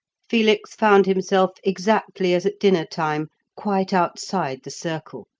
felix found himself, exactly as at dinner-time, quite outside the circle.